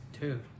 Two